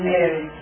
Mary